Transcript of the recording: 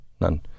none